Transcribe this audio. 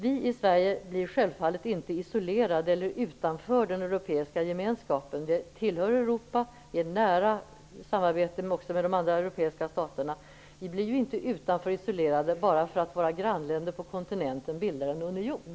Vi i Sverige blir självfallet inte isolerade och hamnar inte utanför den europeiska gemenskapen bara för att våra grannländer på kontinenten bildar en union. Vi tillhör Europa och vi har också ett nära samarbete med de andra europeiska staterna.